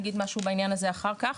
אני אגיד משהו בעניין הזה אחר כך.